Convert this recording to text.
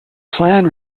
plan